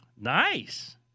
Nice